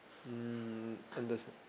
mm under